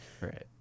Right